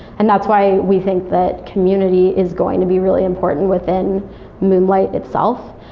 and that's why we think that community is going to be really important within moonlight itself.